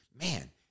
man